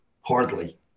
Hardly